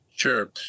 Sure